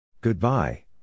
goodbye